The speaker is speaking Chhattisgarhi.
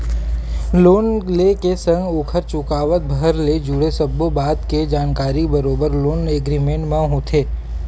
लोन ले के संग ओखर चुकावत भर ले जुड़े सब्बो बात के जानकारी बरोबर लोन एग्रीमेंट म होथे